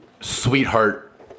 sweetheart